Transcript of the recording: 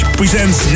presents